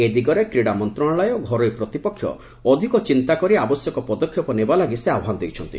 ଏ ଦିଗରେ କ୍ରୀଡ଼ା ମନ୍ତ୍ରଣାଳୟ ଓ ଘରୋଇ ପ୍ରତିପକ୍ଷ ଅଧିକ ଚିନ୍ତାକରି ଆବଶ୍ୟକ ପଦକ୍ଷେପ ନେବା ଲାଗି ସେ ଆହ୍ପାନ ଦେଇଛନ୍ତି